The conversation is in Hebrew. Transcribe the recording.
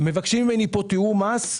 מבקשים ממני פה תיאום מס.